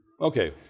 Okay